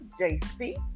JC